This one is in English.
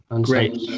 Great